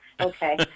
okay